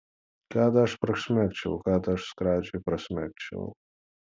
kad aš prasmegčiau kad aš skradžiai prasmegčiau